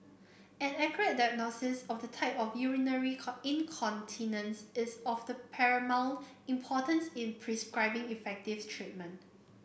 an accurate diagnosis of the type of urinary incontinence is of the paramount importance in prescribing effective treatment